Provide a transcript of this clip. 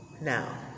Now